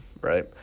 right